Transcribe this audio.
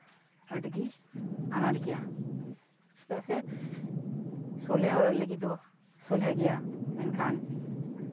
ᱟᱹᱰᱤᱜᱮ ᱟᱱᱟᱴ ᱜᱮᱭᱟ ᱪᱮᱫᱟᱜ ᱥᱮ ᱥᱚᱞᱦᱮ ᱦᱚᱲᱟᱜ ᱞᱟᱹᱜᱤᱫ ᱫᱚ ᱥᱚᱞᱦᱮ ᱜᱮᱭᱟ ᱢᱮᱱᱠᱷᱟᱱ